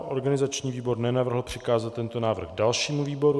Organizační výbor nenavrhl přikázat tento návrh dalšímu výboru.